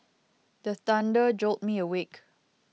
the thunder jolt me awake